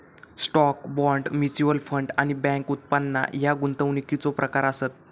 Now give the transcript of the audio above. stock, bond, mutual fund आणि bank उत्पादना ह्या गुंतवणुकीचो प्रकार आसत